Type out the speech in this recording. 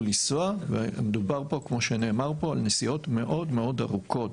לנסוע - ומדובר כמו שנאמר פה בנסיעות מאוד מאוד ארוכות